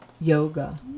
Yoga